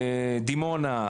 דימונה,